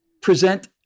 present